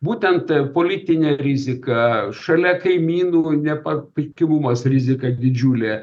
būtent politinė rizika šalia kaimynų nepapikimumas rizika didžiulė